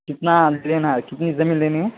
کتنا لینا ہے کتنی زمین لینی ہے